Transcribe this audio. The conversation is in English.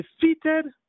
defeated